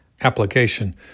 Application